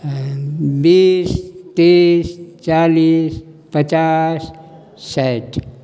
बीस तीस चालीस पचास साठि